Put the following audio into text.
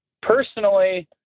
Personally